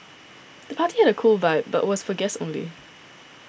the party had a cool vibe but was for guests only